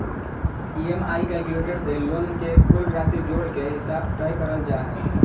EMI calculator से loan के कुल राशि जोड़ के हिसाब तय करल जा हय